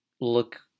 look